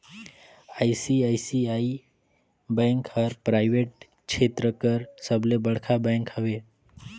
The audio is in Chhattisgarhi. आई.सी.आई.सी.आई बेंक हर पराइबेट छेत्र कर सबले बड़खा बेंक हवे